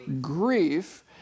grief